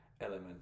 element